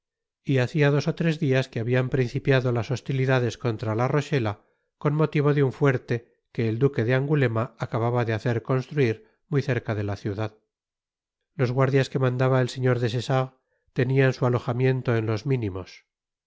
y hacia dos ó tres dias que habian principiado las hostilidades contra la rochela con motivo de un fuerte que el duque de angulema acababa de hacer construir muy cerca de la ciudad los guardias que mandaba el señor des essarts tenian su alojamiento en los minimos